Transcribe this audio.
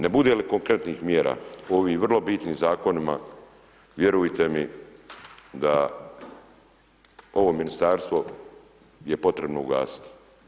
Ne bude li konkretnih mjera u ovim vrlo bitnim Zakonima, vjerujte mi da ovo Ministarstvo je potrebno ugasiti.